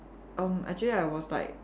erm actually I was like